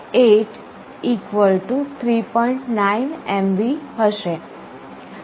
9 MV હશે